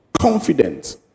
Confident